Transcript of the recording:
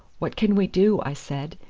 what can we do? i said.